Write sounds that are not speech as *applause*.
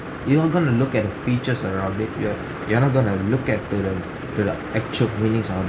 you're not going to look at the features around it you're *breath* you're not going to look at to the to the actual meanings of